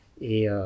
et